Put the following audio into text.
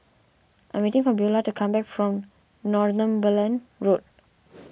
I'm waiting for Beula to come back from Northumberland Road